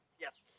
Yes